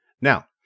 Now